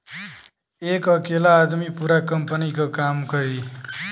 एक अकेला आदमी पूरा कंपनी क काम करी